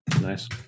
Nice